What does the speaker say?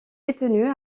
détenu